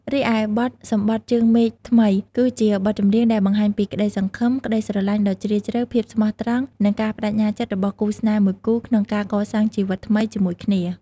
រីឯ បទ សម្បថជើងមេឃថ្មី គឺជាបទចម្រៀងដែលបង្ហាញពីក្តីសង្ឃឹម ក្តីស្រឡាញ់ដ៏ជ្រាលជ្រៅ ភាពស្មោះត្រង់ និងការប្តេជ្ញាចិត្តរបស់គូស្នេហ៍មួយគូក្នុងការកសាងជីវិតថ្មីជាមួយគ្នា។